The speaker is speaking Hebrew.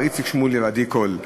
איציק שמולי ועדי קול,